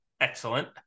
Excellent